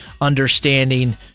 understanding